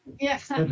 Yes